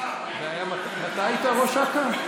מתי היית ראש אכ"א?